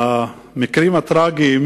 המקרים הטרגיים